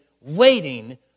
waiting